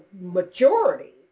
majority